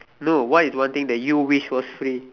no what is one thing that you wish was free